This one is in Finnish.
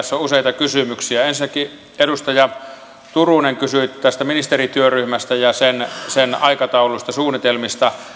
tässä on useita kysymyksiä ensinnäkin edustaja turunen kysyi tästä ministerityöryhmästä ja sen sen aikataulusta suunnitelmista